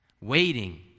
waiting